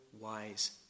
wise